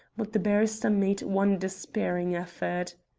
but the barrister made one despairing effort.